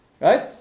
Right